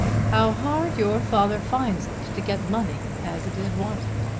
how hard your father finds it to get money as it is wanted.